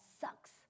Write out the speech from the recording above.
sucks